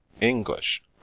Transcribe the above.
English